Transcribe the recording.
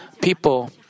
people